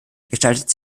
gestaltet